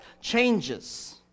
changes